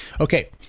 Okay